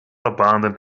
abandoned